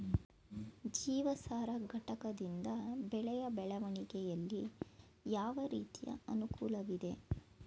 ಜೀವಸಾರ ಘಟಕದಿಂದ ಬೆಳೆಯ ಬೆಳವಣಿಗೆಯಲ್ಲಿ ಯಾವ ರೀತಿಯ ಅನುಕೂಲವಿದೆ?